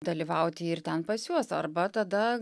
dalyvauti ir ten pas juos arba tada